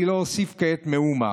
אני לא אוסיף כעת מאומה,